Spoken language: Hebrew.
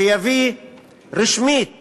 שיביא רשמית